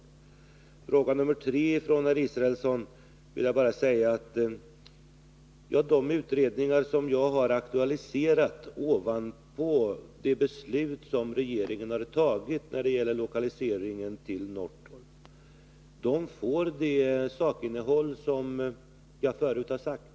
Beträffande Per Israelssons tredje fråga vill jag bara säga att de utredningar som jag har aktualiserat efter det beslut som regeringen fattat när det gäller lokaliseringen till Norrtorp får det sakinnehåll som jag förut har nämnt.